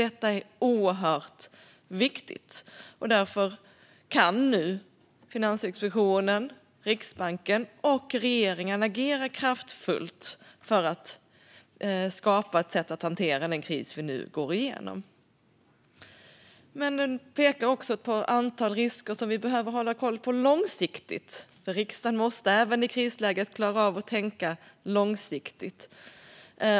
Detta är oerhört viktigt. Därför kan nu Finansinspektionen, Riksbanken och regeringen agera kraftfullt för att skapa ett sätt att hantera den kris som vi nu går igenom. Finansiell stabilitet och finansmarknads-frågor Betänkandet pekar även på ett antal risker som vi långsiktigt behöver hålla koll på. Riksdagen måste även i krisläget klara av att tänka långsiktigt.